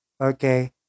okay